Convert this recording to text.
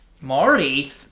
Marty